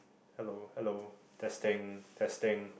hello hello testing testing